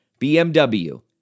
BMW